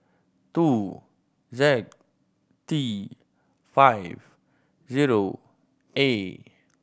two Z T five zero A